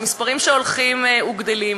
את המספרים שהולכים וגדלים,